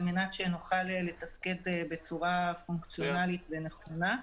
מנת שנוכל לתפקד בצורה פונקציונלית ונכונה.